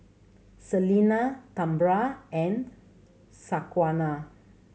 Salina Tambra and Shaquana